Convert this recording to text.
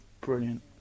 brilliant